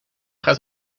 gaat